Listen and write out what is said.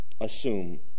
assume